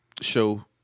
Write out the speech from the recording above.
show